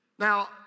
Now